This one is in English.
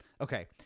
okay